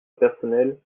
personnel